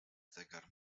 zegar